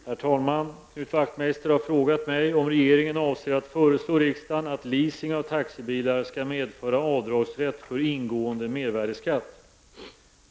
Herr talman! Knut Wachtmeister har frågat mig om regeringen avser att föreslå riksdagen att leasing av taxibilar skall medföra avdragsrätt för ingående mervärdeskatt.